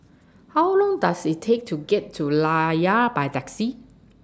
How Long Does IT Take to get to Layar By Taxi